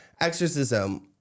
exorcism